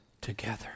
together